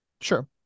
Sure